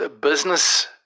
business